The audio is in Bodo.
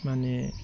माने